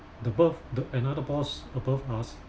the above the another boss above us